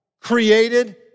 created